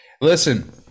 listen